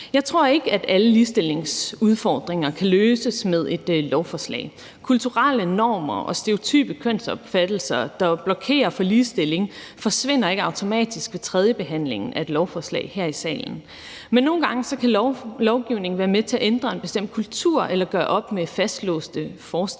Jeg tror ikke, at alle ligestillingsudfordringer kan løses med et lovforslag. Kulturelle normer og stereotype kønsopfattelser, der blokerer for ligestilling, forsvinder ikke automatisk ved tredjebehandlingen af et lovforslag her i salen. Kl. 15:00 Men nogle gange kan lovgivning være med til at ændre en bestemt kultur eller gøre op med fastlåste forestillinger.